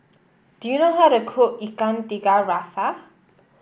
do you know how to cook Ikan Tiga Rasa